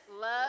Love